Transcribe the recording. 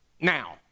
now